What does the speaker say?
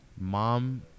Mom